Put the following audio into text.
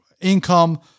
income